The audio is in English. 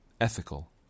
ethical